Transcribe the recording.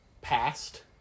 passed